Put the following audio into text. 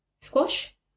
Squash